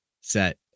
set